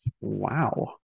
wow